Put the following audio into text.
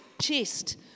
chest